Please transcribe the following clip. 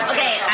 Okay